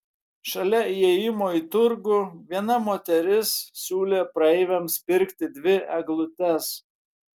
šalia įėjimo į turgų viena moteris siūlė praeiviams pirkti dvi eglutes